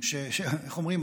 איך אומרים?